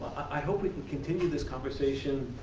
i hope we can continue this conversation